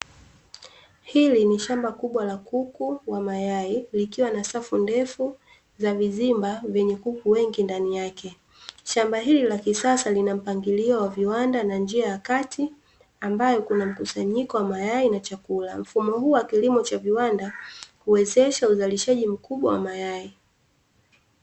Hili ni shamba kubwa la kuku wa mayai likiwa na safu ndefu za vizimba wenye kuku wengi ndani yake, shamba hili la kisasa lina mpangilio wa viwanda na njia ya kati, ambayo kuna mkusanyiko wa mayai na vyakula. Mfumo huu wa kilimo cha viwanda huwezesha uzalishaji mkubwa wa mayai.